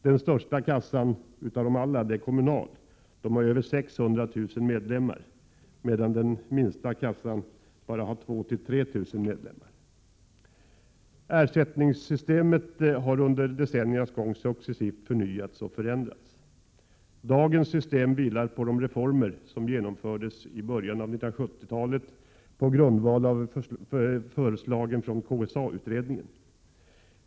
Den största kassan av alla, Kommunals, har över 600 000 medlemmar, medan de minsta kassorna bara har 2 000-3 000 medlemmar. Ersättningssystemet har under decenniernas gång successivt förnyats och förändrats. Dagens system vilar på de reformer som genomfördes i början av 1970-talet på grundval av förslagen från KSA-utredningen.